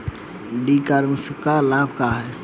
ई कॉमर्स क का लाभ ह?